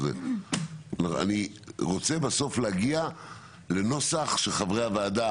אני רוצה בסוף להגיע לנוסח שחברי הוועדה